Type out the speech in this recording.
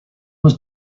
was